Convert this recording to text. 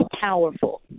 powerful